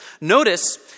Notice